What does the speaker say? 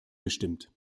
gestimmt